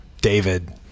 David